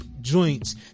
joints